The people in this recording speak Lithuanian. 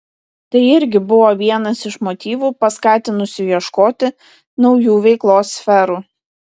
tai irgi buvo vienas iš motyvų paskatinusių ieškoti naujų veiklos sferų